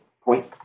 point